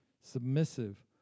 submissive